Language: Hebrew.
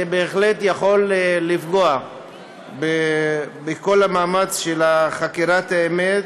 זה בהחלט יכול לפגוע בכל המאמץ של חקירת האמת